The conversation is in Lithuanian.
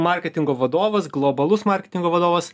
marketingo vadovas globalus marketingo vadovas